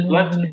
Let